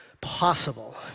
possible